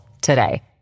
today